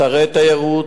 אתרי תיירות,